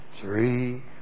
three